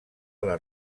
les